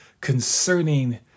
concerning